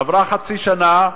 עברה חצי שנה,